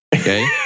Okay